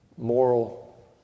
moral